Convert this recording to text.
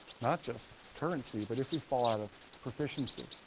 not just currency, but if we fall out of proficiency.